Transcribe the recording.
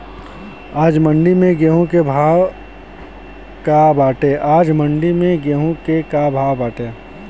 आज मंडी में गेहूँ के का भाव बाटे?